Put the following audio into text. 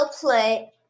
play